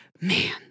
Man